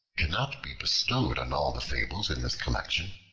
cannot be bestowed on all the fables in this collection.